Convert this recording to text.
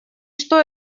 что